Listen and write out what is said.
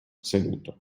seduto